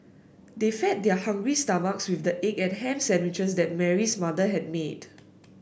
they fed their hungry stomachs with the egg and ham sandwiches that Mary's mother had made